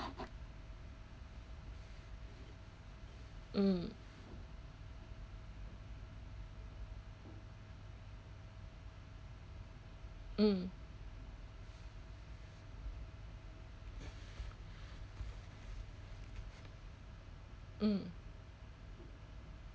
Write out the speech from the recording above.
mm mm mm